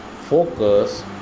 focus